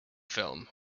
film